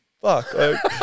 fuck